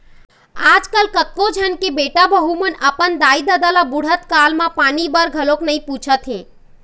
आजकल कतको झन के बेटा बहू मन अपन दाई ददा ल बुड़हत काल म पानी बर घलोक नइ पूछत हे